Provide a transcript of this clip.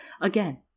Again